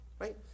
right